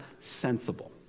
sensible